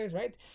right